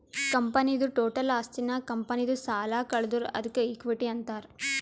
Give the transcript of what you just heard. ಕಂಪನಿದು ಟೋಟಲ್ ಆಸ್ತಿನಾಗ್ ಕಂಪನಿದು ಸಾಲ ಕಳದುರ್ ಅದ್ಕೆ ಇಕ್ವಿಟಿ ಅಂತಾರ್